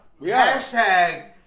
hashtag